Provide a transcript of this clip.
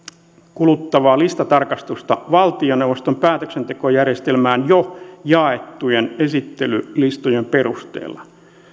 kuluttavaa listatarkastusta valtioneuvoston päätöksentekojärjestelmään jo jaettujen esittelylistojen perusteella